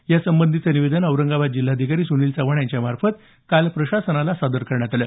या संबंधीचं निवेदन औरंगाबाद जिल्हाधिकारी सुनील चव्हाण यांच्यामार्फत काल प्रशासनाला सादर करण्यात आलं